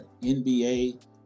NBA